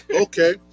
Okay